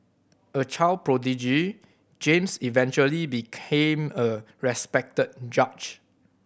a child prodigy James eventually became a respected judge